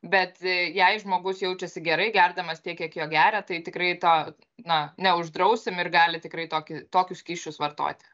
bet jei žmogus jaučiasi gerai gerdamas tiek kiek jo geria tai tikrai tą na neuždrausim ir gali tikrai tokį tokius skysčius vartoti